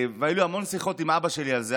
והיו לי המון שיחות עם אבא שלי על זה.